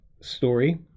story